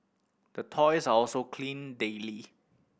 the toys are also cleaned daily